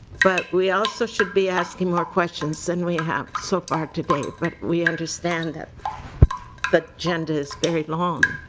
but we also should be asking more questions than we have so far today but we understand the the agenda is very long.